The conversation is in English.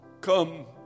Come